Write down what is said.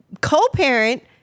co-parent